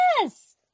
yes